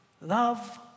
Love